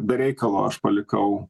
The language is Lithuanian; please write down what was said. be reikalo aš palikau